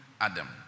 Adam